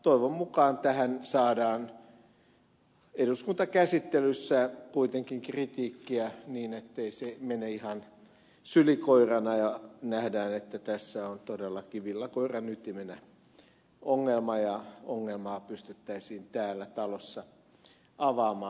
toivon mukaan tähän saadaan eduskuntakäsittelyssä kuitenkin kritiikkiä ettei se mene ihan sylikoirana ja nähdään että tässä on todellakin villakoiran ytimenä ongelma ja ongelmaa pystyttäisiin täällä talossa avaamaan